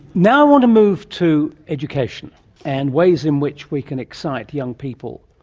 now i want to move to education and ways in which we can excite young people,